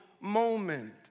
moment